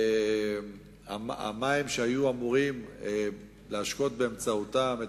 המים שהיו אמורים להשקות באמצעותם את